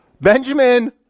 Benjamin